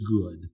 good